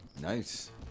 Nice